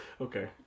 Okay